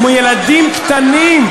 ילדים קטנים,